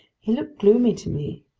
he looked gloomy to me.